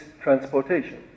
transportation